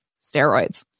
steroids